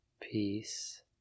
Peace